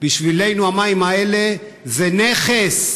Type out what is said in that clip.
המים האלה הם נכס,